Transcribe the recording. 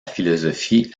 philosophie